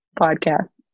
podcast